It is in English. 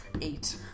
Eight